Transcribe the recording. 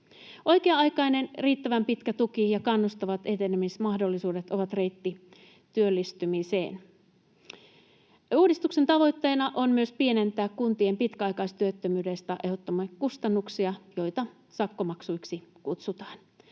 Oikea-aikainen, riittävän pitkä tuki ja kannustavat etenemismahdollisuudet ovat reitti työllistymiseen. Uudistuksen tavoitteena on myös pienentää kunnille pitkäaikaistyöttömyydestä aiheutuvia kustannuksia, joita sakkomaksuiksi kutsutaan.